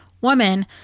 woman